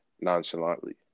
nonchalantly